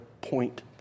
point